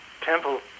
temple